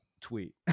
tweet